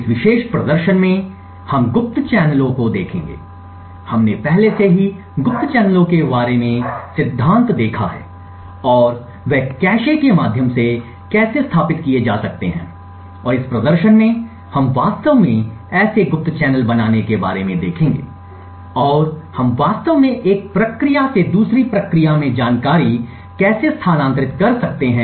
इस विशेष प्रदर्शन में हम गुप्त चैनलों को देखेंगे हमने पहले से ही गुप्त चैनलों के बारे में सिद्धांत देखा है और वे कैश के माध्यम से कैसे स्थापित किए जा सकते हैं और इस प्रदर्शन में हम वास्तव में ऐसे गुप्त चैनल बनाने के बारे में देखेंगे और हम वास्तव में एक प्रक्रिया से दूसरी प्रक्रिया में जानकारी कैसे स्थानांतरित कर सकते हैं